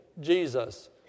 Jesus